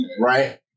Right